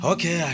Okay